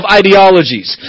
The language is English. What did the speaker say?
ideologies